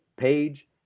Page